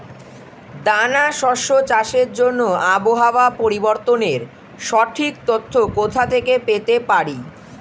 দানা শস্য চাষের জন্য আবহাওয়া পরিবর্তনের সঠিক তথ্য কোথা থেকে পেতে পারি?